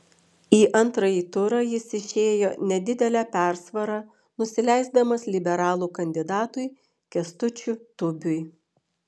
į antrąjį turą jis išėjo nedidele persvara nusileisdamas liberalų kandidatui kęstučiu tubiui